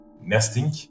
nesting